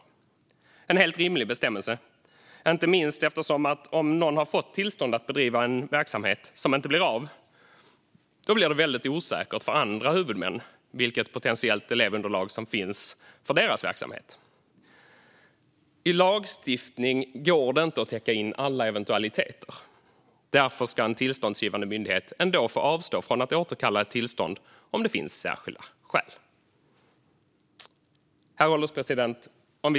Det är en helt rimlig bestämmelse, inte minst eftersom det blir väldigt osäkert för andra huvudmän vilket potentiellt elevunderlag som finns för deras verksamhet om någon har fått tillstånd att bedriva en verksamhet som inte blir av. I lagstiftning går det inte att täcka in alla eventualiteter. Därför ska en tillståndsgivande myndighet ändå få avstå från att återkalla ett tillstånd om det finns särskilda skäl. Herr ålderspresident!